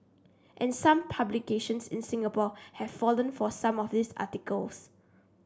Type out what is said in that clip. and some publications in Singapore have fallen for some of these articles